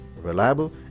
reliable